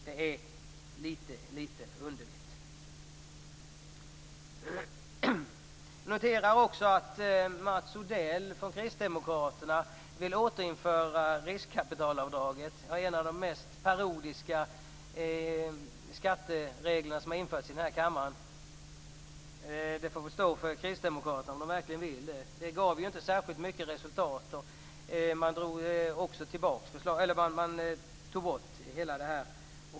Det är litet underligt. Notera också att Mats Odell från Kristdemokraterna vill återinföra riskkapitalavdraget. Det var en av de mest parodiska skattereglerna som har införts av denna kammare. Det får väl stå för Kristdemokraterna om de verkligen vill detta. Skatten gav inte särskilt mycket resultat. Skatten togs bort.